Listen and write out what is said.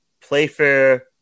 Playfair